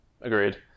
Agreed